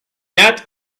not